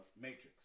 matrix